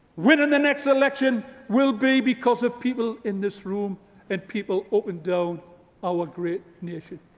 winning the next election will be because of people in this room and people up and down our great nation.